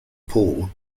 pole